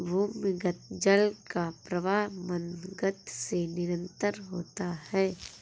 भूमिगत जल का प्रवाह मन्द गति से निरन्तर होता है